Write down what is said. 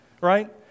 right